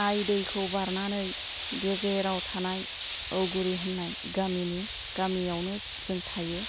आइ दैखौ बारनानै गेजेराव थानाय औगुरि होननाय गामिनि गामियावनो जों थायो